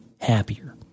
happier